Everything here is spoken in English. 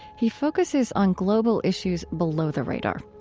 he focuses on global issues below the radar.